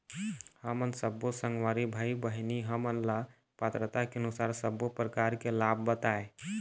हमन सब्बो संगवारी भाई बहिनी हमन ला पात्रता के अनुसार सब्बो प्रकार के लाभ बताए?